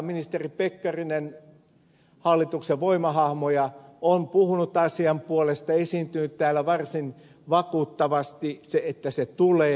ministeri pekkarinen hallituksen voimahahmoja on puhunut asian puolesta ja esiintynyt täällä varsin vakuuttavasti että se tulee